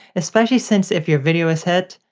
especially since if your video is hit,